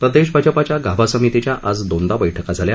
प्रदेश भाजपाच्या गाभा समितीच्या आज दोनदा बैठका झाल्या